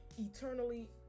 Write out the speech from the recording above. eternally